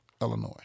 Illinois